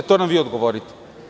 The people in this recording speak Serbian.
To nam vi odgovorite.